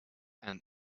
and